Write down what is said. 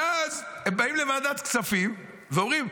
ואז הם באים לוועדת כספים ואומרים: